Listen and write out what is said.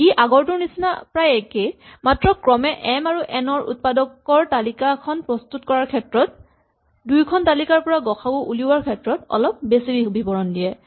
ই আগৰটোৰ নিচিনা প্ৰায় একেই মাত্ৰ ক্ৰমে এম আৰু এন ৰ উৎপাদকৰ তালিকাখন প্ৰস্তুত কৰাৰ ক্ষেত্ৰত দুয়োখন তালিকাৰ পৰা গ সা উ উলিওৱাৰ ক্ষেত্ৰত অলপ বেছি বিৱৰণ দিয়ে